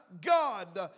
God